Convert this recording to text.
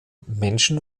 menschen